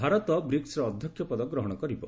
ଭାରତ ବ୍ରିକୁର ଅଧ୍ୟକ୍ଷ ପଦ ଗ୍ରହଣ କରିବ